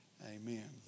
amen